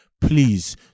please